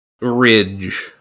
Ridge